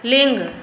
लिङ्ग